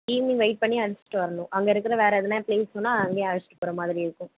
evening wait பண்ணி அழைச்சிட்டு வர்ணும் அங்கே இருக்கிற வேறு எதுன்னா பிளேஸ்ன்னா அங்கேயும் அழைச்சிட்டு போகிற மாதிரி இருக்கும்